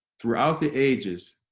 throughout the ages,